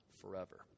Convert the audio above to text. forever